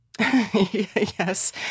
Yes